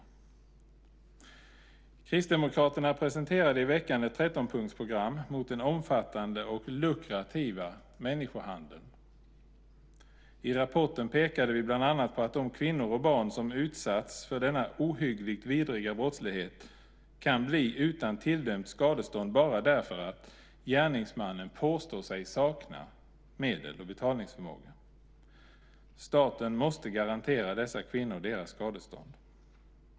Kristdemokraterna presenterade i veckan ett 13-punktsprogram mot den omfattande och lukrativa människohandeln. I rapporten pekar vi bland annat på att de kvinnor och barn som utsätts för detta ohyggligt vidriga brott kan bli utan tilldömt skadestånd bara därför att gärningsmannen påstår sig sakna medel och därmed betalningsförmåga. Staten måste garantera dessa kvinnor och barn deras skadestånd.